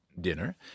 dinner